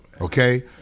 Okay